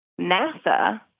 NASA